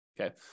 okay